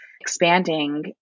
expanding